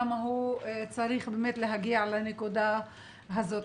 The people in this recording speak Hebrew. למה הוא צריך להגיע לנקודה הזאת.